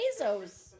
Bezos